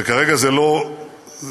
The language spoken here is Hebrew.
וכרגע זה לא מתכנס.